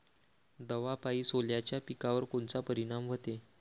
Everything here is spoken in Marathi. दवापायी सोल्याच्या पिकावर कोनचा परिनाम व्हते?